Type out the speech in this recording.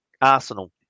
arsenal